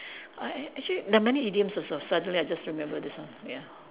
uh a~ actually there are many idioms also suddenly I just remember this one ya